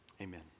amen